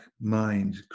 mind